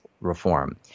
reform